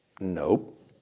Nope